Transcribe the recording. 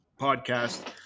podcast